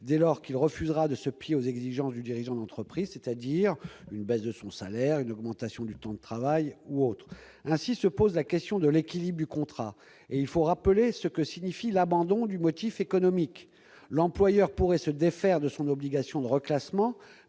dès lors qu'il refuse de se plier aux exigences du dirigeant d'entreprise, c'est-à-dire à une baisse de son salaire, à une augmentation du temps de travail ou autre. C'est la question de l'équilibre du contrat qui est ainsi posée. Il faut rappeler ce que signifie l'abandon du motif économique : l'employeur pourrait se défaire de son obligation de reclassement,